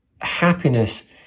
happiness